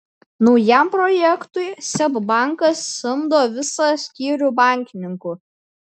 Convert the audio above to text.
naujam projektui seb bankas samdo visą skyrių bankininkų